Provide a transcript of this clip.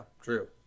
true